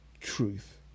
truth